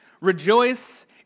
Rejoice